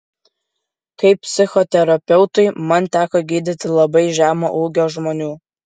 kaip psichoterapeutui man teko gydyti labai žemo ūgio žmonių